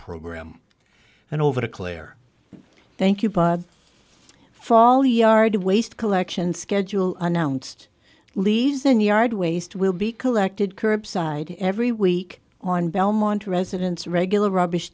program and over declare thank you paul fall yard waste collection schedule announced leaves then yard waste will be collected curbside every week on belmont residents regular rubbish